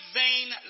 vain